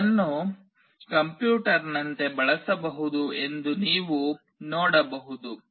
ಇದನ್ನು ಕಂಪ್ಯೂಟರ್ನಂತೆ ಬಳಸಬಹುದು ಎಂದು ನೀವು ನೋಡಬಹುದು